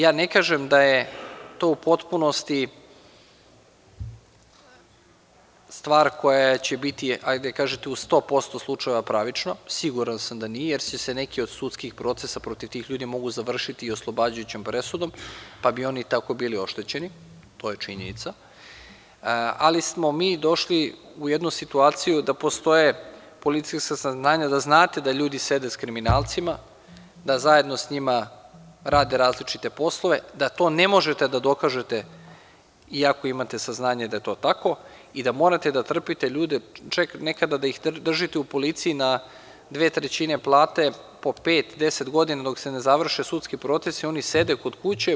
Ja ne kažem da je to u potpunosti stvar koja će biti u 100% slučajeva pravična, siguran sam da nije, jer se neki od sudskih procesa protiv tih ljudi mogu završiti oslobađajućom presudom, pa bi oni tako bili oštećeni, to je činjenica, ali smo mi došli u jednu situaciju da postoje policijska saznanja da znate da ljudi sede sa kriminalcima, da zajedno sa njima rade različite poslove, da to ne možete da dokažete iako imate saznanje da je to tako i da morate da trpite ljude, čak nekada da ih držite u policiji na 2/3 plate po pet do deset godina, dok se ne završe sudski procesi i oni sede kod kuće, primaju 2/3 plate i nikome ništa.